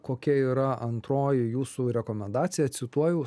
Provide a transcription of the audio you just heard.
kokia yra antroji jūsų rekomendacija cituoju